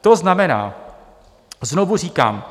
To znamená, znovu říkám,